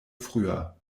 früher